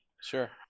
Sure